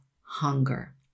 hunger